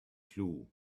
clue